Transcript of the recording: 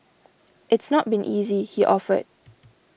it's not been easy he offered